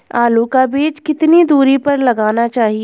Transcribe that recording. आलू का बीज कितनी दूरी पर लगाना चाहिए?